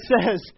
says